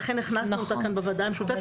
לכן הכנסנו אותה כאן בוועדה המשותפת אם כי